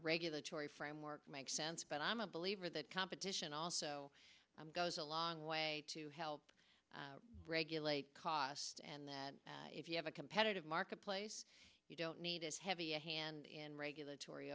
regulatory framework make sense but i'm a believer that competition also goes a long way to help regulate cost and that if you have a competitive marketplace you don't need this heavy hand in regulatory